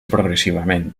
progressivament